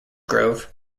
grove